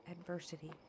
adversity